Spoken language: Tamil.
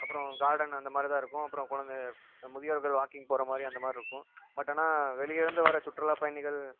அப்புறம் கார்டன் அந்தமாதிரிதான் இருக்கும் அப்புறம் குழந்த முதியோர்கள் வாக்கிங் போகிற மாதிரி அந்த மாதிரிருக்கும் பட் ஆனால் வெளியேயிருந்து வர சுற்றுலா பயணிகள்